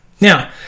Now